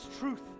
truth